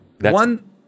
One